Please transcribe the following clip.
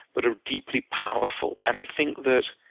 but are deeply powerful. and i think that